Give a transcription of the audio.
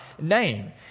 name